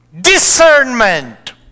discernment